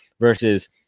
versus